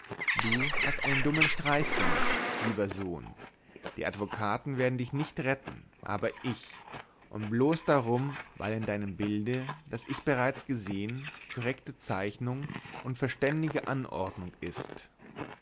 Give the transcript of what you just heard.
du hast einen dummen streich gemacht lieber sohn die advokaten werden dich nicht retten aber ich und bloß darum weil in deinem bilde das ich bereits gesehen korrekte zeichnung und verständige anordnung ist